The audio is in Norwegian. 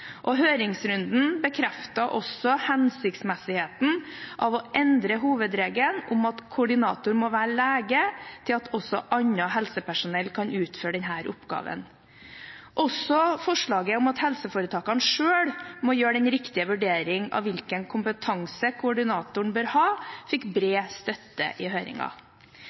og omsorgsdepartementet som sendte forslaget om å forenkle denne ordningen, ut på høring i juni 2013. Høringsrunden bekreftet også hensiktsmessigheten av å endre hovedregelen om at koordinator må være lege, til at også annet helsepersonell kan utføre denne oppgaven. Også forslaget om at helseforetakene selv må gjøre den riktige vurderingen av hvilken kompetanse koordinatoren bør ha, fikk